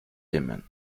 dimmen